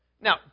Now